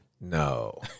No